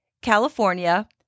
California